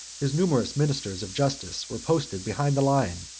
his numerous ministers of justice were posted behind the line,